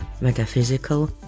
metaphysical